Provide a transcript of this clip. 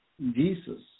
Jesus